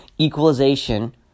equalization